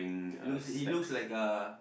it looks it looks like a